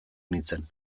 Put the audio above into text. nintzen